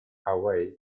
hawaii